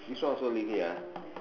this one also leave here ah